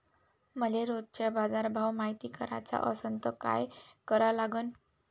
मले रोजचा बाजारभव मायती कराचा असन त काय करा लागन?